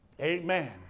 amen